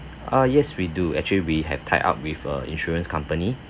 err yes we do actually have tied up with a insurance company